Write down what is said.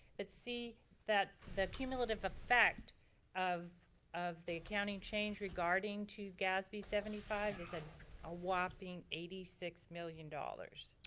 but see that the accumulative effect of of the accounting change regarding to gasb seventy five is at a whopping eighty six million dollars.